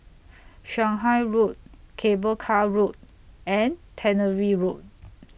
Shanghai Road Cable Car Road and Tannery Road